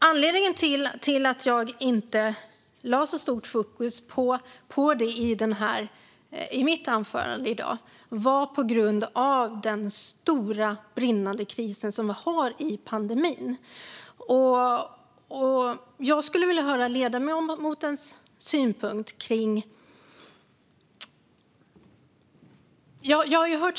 Anledningen till att jag inte lade så stort fokus på stödet i mitt anförande i dag är den stora, brinnande krisen under rådande pandemi.